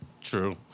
True